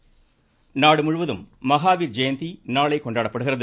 மஹாவீர் ஜெயந்தி நாடு முழுவதும் மஹாவீர் ஜெயந்தி நாளை கொண்டாடப்படுகிறது